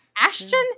ashton